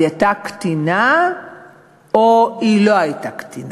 אז היא הייתה קטינה או היא לא הייתה קטינה?